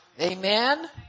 Amen